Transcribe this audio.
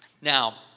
Now